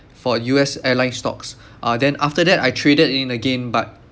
for U_S airline stocks uh then after that I traded in again but